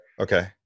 Okay